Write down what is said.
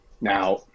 Now